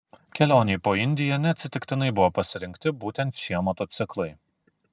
kelionei po indiją neatsitiktinai buvo pasirinkti būtent šie motociklai